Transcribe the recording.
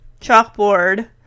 chalkboard